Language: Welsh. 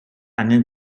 angen